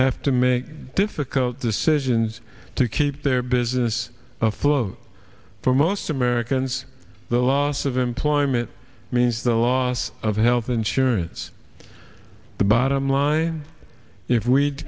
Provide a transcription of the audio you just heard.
have to make difficult decisions to keep their business afloat for most americans the loss of employment means the loss of health insurance the bottom line if we